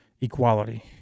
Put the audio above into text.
equality